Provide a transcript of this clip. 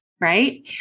right